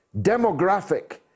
demographic